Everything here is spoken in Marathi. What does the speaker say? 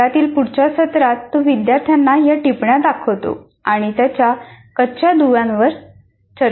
वर्गातील पुढच्या सत्रात तो विद्यार्थ्यांना या टिप्पण्या दाखवतो आणि त्यांच्या कच्च्या दुव्यांवर चर्चा करतो